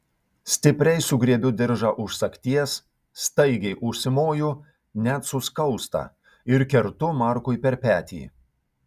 stipriai sugriebiu diržą už sagties staigiai užsimoju net suskausta ir kertu markui per petį